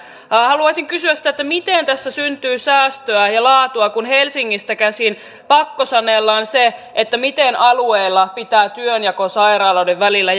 haluaisin kysyä sitä miten tässä syntyy säästöä ja ja laatua kun helsingistä käsin pakkosanellaan se miten alueella pitää työnjako sairaaloiden välillä